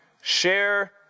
Share